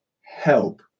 help